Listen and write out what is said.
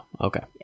okay